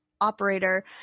operator